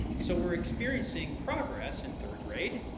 so we're experiencing progress in third grade,